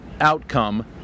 outcome